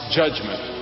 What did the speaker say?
judgment